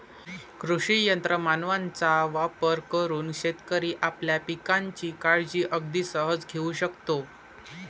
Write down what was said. कृषी यंत्र मानवांचा वापर करून शेतकरी आपल्या पिकांची काळजी अगदी सहज घेऊ शकतो